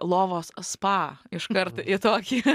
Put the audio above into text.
lovos spa iškart į tokį